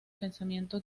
pensamiento